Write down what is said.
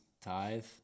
tithe